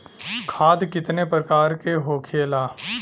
खाद कितने प्रकार के होखेला?